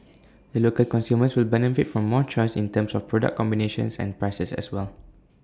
the local consumers will benefit from more choice in terms of product combinations and prices as well